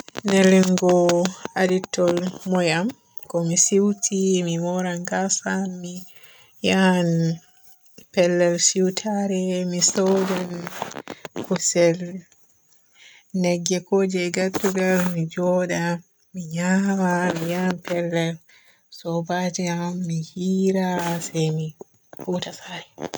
Liningo aditto moy am? To mi siiwti mi mooran gaasa am mi yan pellel siiwtare. Mi soodan kusel nagge ko je gertugal mi njooda mi nyama. Mi yan pellel soobaje am mi hira se mi hoota saare.